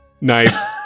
Nice